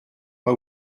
pas